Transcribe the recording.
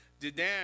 didan